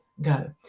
go